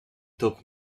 top